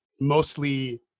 mostly